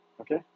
okay